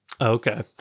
okay